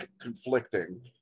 conflicting